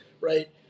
right